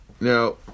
Now